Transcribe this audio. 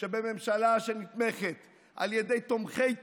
בממשלה שנתמכת על ידי תומכי טרור,